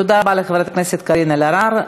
תודה רבה לחברת הכנסת קארין אלהרר.